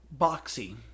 boxy